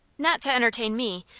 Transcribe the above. not to entertain me,